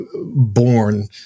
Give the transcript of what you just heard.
born